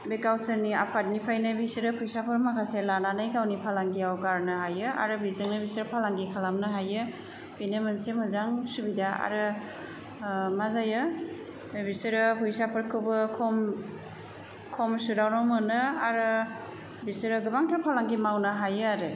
बे गावसोरनि आफादनिफ्रायनो बिसोरो फैसाफोर माखासे लानानै गावनि फालांगियाव गारनो हायो आरो बेजोंनो बिसोरो फालांगि खालामनो हायो बेनो मोनसे मोजां सुबिदा आरो मा जायो बिसोरो फैसाफोरखौबो खम खम सुदावनो मोनो आरो बिसोरो गोबांथार फालांगि मावनो हायो आरो